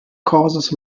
causes